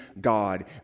God